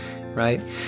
right